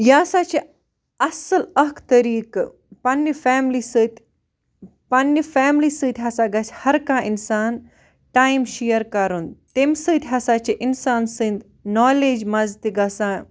یہِ ہسا چھِ اصٕل اَکھ طریٖقہٕ پنٛنہِ فیملی سۭتۍ پنٛنہِ فیملی سۭتۍ ہسا گژھِ ہر کانٛہہ اِنسان ٹایِم شیر کَرُن تَمہِ سۭتۍ ہسا چھِ اِنسان سٕنٛدۍ نالیج منٛز تہِ گژھان